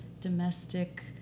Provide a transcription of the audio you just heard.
domestic